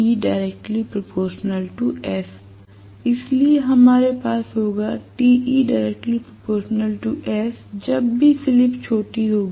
इसलिएहमारे पास होगा जब भी स्लिप छोटी होगी